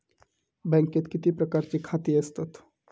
बँकेत किती प्रकारची खाती असतत?